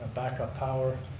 backup power,